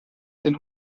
den